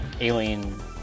alien